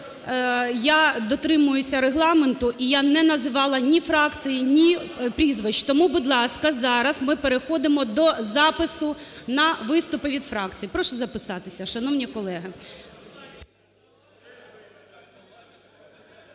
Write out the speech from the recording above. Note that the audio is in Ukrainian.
Я дотримуюся Регламенту і я не називала ні фракції, ні прізвищ. Тому, будь ласка, зараз ми переходимо до запису на виступи від фракцій. Прошу записатися, шановні колеги.